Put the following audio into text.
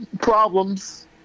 problems